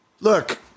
Look